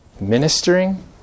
ministering